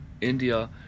india